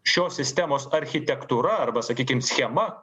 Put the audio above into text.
šios sistemos architektūra arba sakykim schema